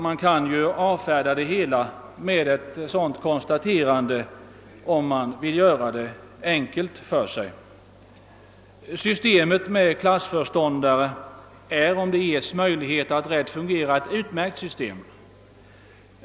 Man kan avfärda det hela med ett sådant konstaterande, om man vill göra det enkelt för sig. Systemet med klassföreståndare är, om däråt ges möjligheter att rätt fungera, utmärkt.